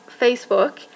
Facebook